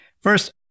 First